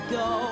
go